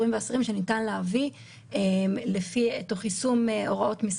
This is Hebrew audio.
אז או שתורידו את הרישה או שתורידו רק את החלק